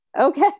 Okay